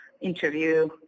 interview